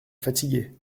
fatigué